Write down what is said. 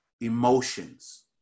emotions